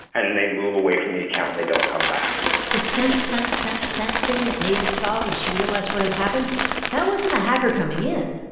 and and they move away from the account, and they don't come back the sent, sent, sent, sent thing that mavis saw when she realized what had happened that wasn't the hacker coming in.